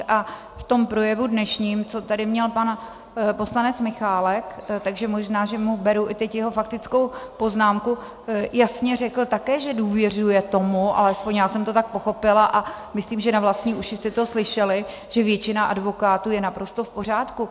A v tom dnešním projevu, co tady měl pan poslanec Michálek, takže možná, že mu beru i teď jeho faktickou poznámku, jasně řekl také, že důvěřuje tomu, alespoň já jsem to tak pochopila a myslím, že na vlastní uši jste to slyšeli, že většina advokátů je naprosto v pořádku.